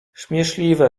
śmieszliwe